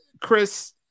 Chris